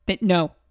no